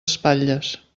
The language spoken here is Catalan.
espatlles